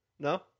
No